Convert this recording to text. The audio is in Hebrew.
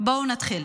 בואו נתחיל.